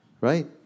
right